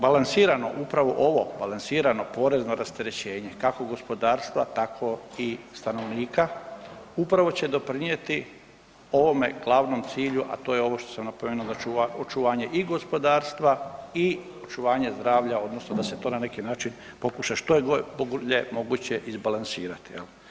Balansirano upravo ovo, balansirano porezno rasterećenje, kako gospodarstva tako i stanovnika, upravo će doprinijeti ovome glavnom cilju a to je ovo što sam napomenuo, očuvanje i gospodarstva i očuvanje zdravlja odnosno da se to na neki način pokuša što je bolje moguće izbalansirati, jel.